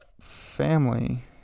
family